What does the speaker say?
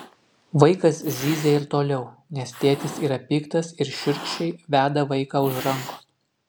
vaikas zyzia ir toliau nes tėtis yra piktas ir šiurkščiai veda vaiką už rankos